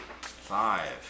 Five